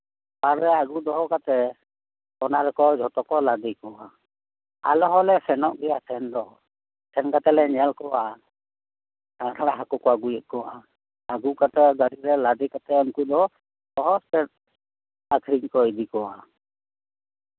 ᱛᱟᱦᱚᱞᱮ ᱟᱹᱜᱩ ᱫᱚᱦᱚ ᱠᱟᱛᱮᱜ ᱚᱱᱟᱨᱮ ᱡᱷᱚᱛᱚ ᱠᱚ ᱞᱟᱫᱮ ᱠᱚᱣᱟ ᱟᱞᱮ ᱦᱚᱞᱮ ᱥᱮᱱᱜ ᱜᱮᱭᱟ ᱥᱮᱱ ᱫᱚ ᱥᱮᱱ ᱠᱟᱛᱮᱜᱞᱮ ᱧᱮᱞ ᱠᱚᱣᱟ ᱥᱮᱬᱟ ᱥᱮᱬᱟ ᱦᱟᱹᱠᱩ ᱠᱚ ᱟᱹᱜᱭᱮᱫ ᱠᱚᱣᱟ ᱟᱹᱜᱩ ᱠᱟᱛᱮᱜ ᱜᱟᱹᱰᱤᱨᱮ ᱞᱟᱫᱮ ᱠᱟᱛᱮᱜ ᱩᱱᱠᱩ ᱫᱚ ᱥᱚᱦᱚᱨ ᱥᱮᱫ ᱟᱠᱷᱨᱤᱧ ᱠᱚ ᱤᱫᱤ ᱠᱚᱣᱟ